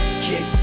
kick